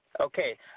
Okay